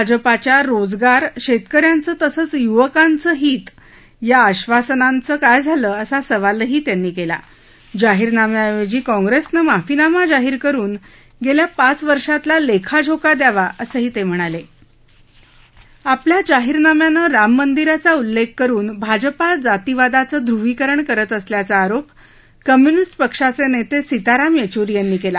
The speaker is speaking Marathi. भाजपाच्या रोजगार शक्किर यांचं तसंच युवकांच हित या आश्वासनांचं काय झालं असा सवालही त्यांनी कला आहा जाहिरनाम्याऐवजी काँप्रस्मिं माफीनामा जाहीर करुन गळ्खा पाच वर्षातला लखिजोखा द्यावा असं त म्हणाल आपल्या जाहीरमनाम्यानं राममंदिरचा उल्लखिकरुन भाजपा जातीवादाचं ध्रुवीकरण करत असल्याचा आरोप कम्युनिस्ट पक्षाचनित्तासिताराम यद्वुरी यांनी कला